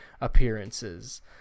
appearances